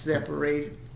separated